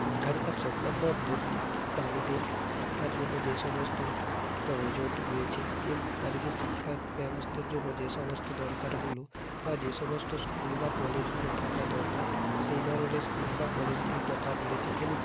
এখানকার সংবাদ মাধ্যম নারীদের শিক্ষার জন্য যে সমস্ত প্রয়োজন রয়েছে এবং নারীদের শিক্ষার ব্যবস্থার জন্য যে সমস্ত দরকারগুলো বা যে সমস্ত স্কুল বা কলেজগুলো থাকা দরকার সেই ধরনের স্কুল বা কলেজ নিয়ে কথা বলেছে এবং